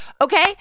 Okay